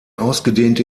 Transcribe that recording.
ausgedehnte